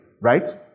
right